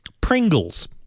Pringles